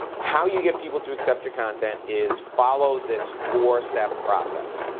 how you get people to accept your content is follow this four-step process.